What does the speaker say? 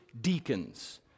deacons